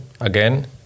again